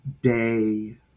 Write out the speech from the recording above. Day